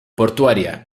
portuaria